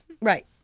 Right